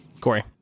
Corey